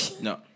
no